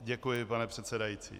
Děkuji, pane předsedající.